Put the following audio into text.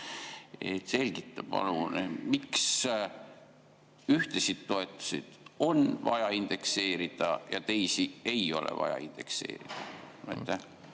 Selgita palun, miks ühtesid toetusi on vaja indekseerida ja teisi ei ole vaja indekseerida.